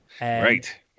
Right